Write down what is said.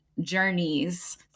journeys